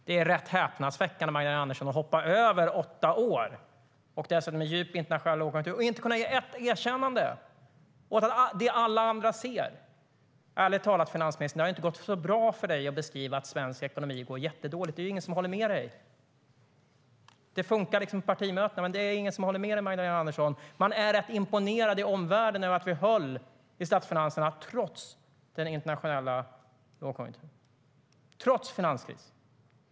Det är rätt häpnadsväckande att hoppa över åtta år, dessutom med en djup internationell lågkonjunktur, och inte kunna ge ett erkännande åt det alla andra ser. Ärligt talat, finansministern: Det har ju inte gått så bra för dig att beskriva att svensk ekonomi går jättedåligt. Det är ju ingen som håller med. Det funkar på partimötena, men det är ingen som håller med dig, Magdalena Andersson. I omvärlden är man rätt imponerad över att vi höll i statsfinanserna trots den internationella lågkonjunkturen, trots finanskrisen.